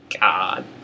God